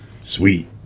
Sweet